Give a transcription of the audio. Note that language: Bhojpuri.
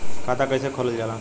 खाता कैसे खोलल जाला?